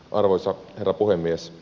arvoisa herra puhemies